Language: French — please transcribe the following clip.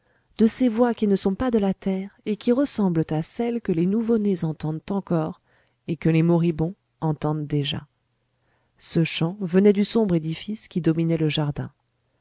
de ces voix qui ne sont pas de la terre et qui ressemblent à celles que les nouveau-nés entendent encore et que les moribonds entendent déjà ce chant venait du sombre édifice qui dominait le jardin